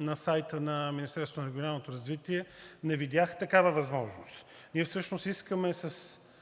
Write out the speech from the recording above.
на сайта на Министерството на регионалното развитие, не видях такава възможност. Ние всъщност искаме с